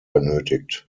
benötigt